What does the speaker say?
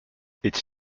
its